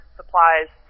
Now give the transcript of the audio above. supplies